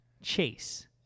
Chase